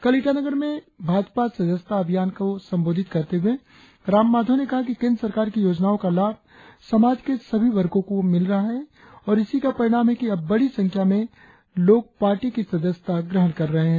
कल ईटानगर में भाजपा सदस्यता अभियान को संबोधित करते हुए राम माधव ने कहा कि केंद्र सरकार की योजनाओं का लाभ समाज के सभी वर्गों को मिल रहा है और इसी का परिणाम है कि अब बड़ी संख्या में लोग पार्टी की सदस्यता ग्रहण कर रहे है